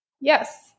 Yes